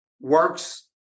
works